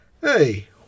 Hey